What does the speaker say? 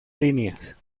líneas